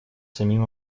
самим